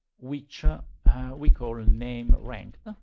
which ah we call name ranked.